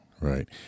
right